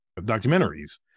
documentaries